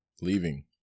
leaving